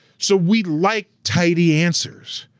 so we like tidy answers,